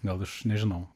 gal aš nežinau